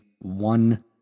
one